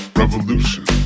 revolution